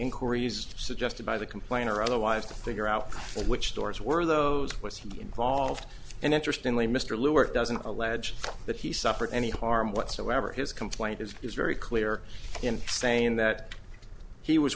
inquiries suggested by the complainer otherwise to figure out which stores were those was he involved and interestingly mr lu work doesn't allege that he suffered any harm whatsoever his complaint is very clear in saying that he was